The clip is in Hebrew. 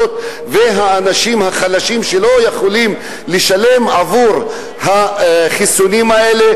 והאנשים החלשים שלא יכולים לשלם עבור החיסונים האלה?